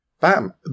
bam